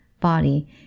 body